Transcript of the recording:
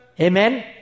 Amen